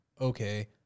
okay